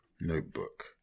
notebook